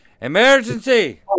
emergency